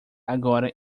agora